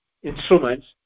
Instruments